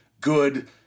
good